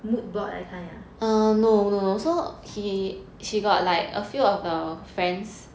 mood board that kind ah